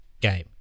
game